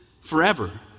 forever